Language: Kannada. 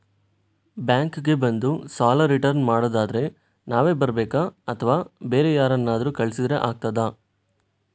ಬ್ಯಾಂಕ್ ಗೆ ಬಂದು ಸಾಲ ರಿಟರ್ನ್ ಮಾಡುದಾದ್ರೆ ನಾವೇ ಬರ್ಬೇಕಾ ಅಥವಾ ಬೇರೆ ಯಾರನ್ನಾದ್ರೂ ಕಳಿಸಿದ್ರೆ ಆಗ್ತದಾ?